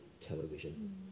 television